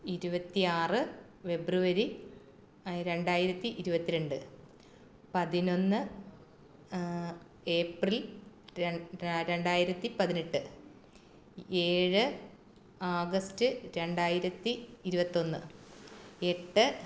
ഇരുപത്തിയാറ് ഫെബ്രുവരി രണ്ടായിരത്തി ഇരുപത്തി രണ്ട് പതിനൊന്ന് ഏപ്രിൽ രണ്ടായിരത്തി പതിനെട്ട് ഏഴ് ആഗസ്റ്റ് രണ്ടായിരത്തി ഇരുപത്തൊന്ന് എട്ട്